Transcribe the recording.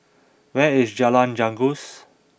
where is Jalan Janggus